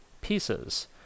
pieces